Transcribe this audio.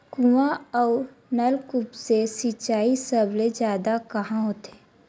कुआं अउ नलकूप से सिंचाई सबले जादा कहां होथे?